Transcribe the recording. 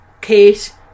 Kate